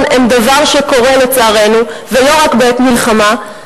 הם דבר שקורה לעצמנו ולא רק בעת מלחמה,